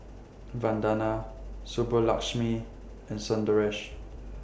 Vandana Subbulakshmi and Sundaresh